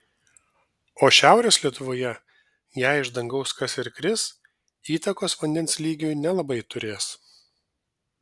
o šiaurės lietuvoje jei iš dangaus kas ir kris įtakos vandens lygiui nelabai turės